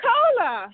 Cola